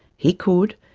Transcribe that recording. he could,